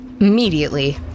Immediately